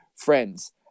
friends